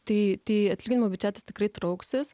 tai tai atlyginimų biudžetas tikrai trauksis